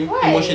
why